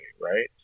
right